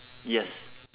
yes